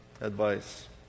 advice